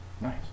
nice